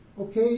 Okay